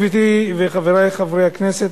גברתי וחברי חברי הכנסת,